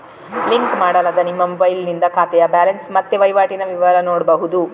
link ಮಾಡಲಾದ ನಿಮ್ಮ ಮೊಬೈಲಿನಿಂದ ಖಾತೆಯ ಬ್ಯಾಲೆನ್ಸ್ ಮತ್ತೆ ವೈವಾಟಿನ ವಿವರ ನೋಡ್ಬಹುದು